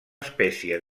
espècie